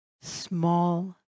small